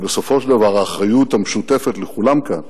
אבל בסופו של דבר האחריות המשותפת לכולם כאן